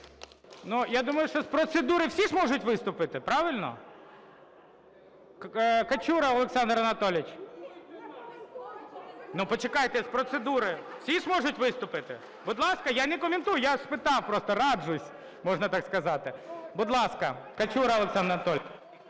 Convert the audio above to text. Я думаю, що з процедури всі ж можуть виступити, правильно? Качура Олександр Анатолійович. (Шум у залі) Ну, почекайте, з процедури всі ж можуть виступити. Будь ласка, я не коментую, я спитав просто, раджусь, можна так сказати. Будь ласка, Качура Олександр Анатолійович.